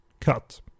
cut